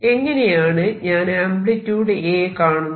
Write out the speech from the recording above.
എങ്ങനെയാണ് ഞാൻ amplitude A കാണുന്നത്